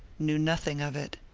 knew nothing of it.